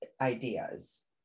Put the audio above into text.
ideas